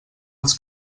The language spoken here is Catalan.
els